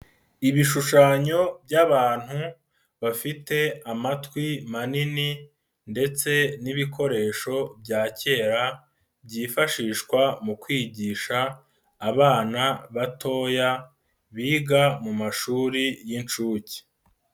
Ibishushanyo by'abantu bafite amatwi manini ndetse n'ibikoresho bya kera byifashishwa mu kwigisha abana batoya biga mu mashuri y'inshuke.